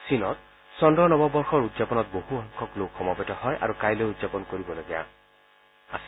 চীনত চন্দ্ৰ নৱবৰ্ষৰ উদযাপনত বহুসংখ্যক লোক সমবেত হয় আৰু কাইলৈ উদযাপন কৰিব লগা আছিল